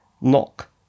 knock